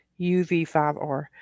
UV5R